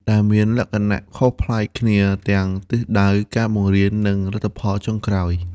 ដែលមានលក្ខណៈខុសប្លែកគ្នាទាំងទិសដៅ ការបង្រៀន និងលទ្ធផលចុងក្រោយ។